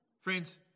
Friends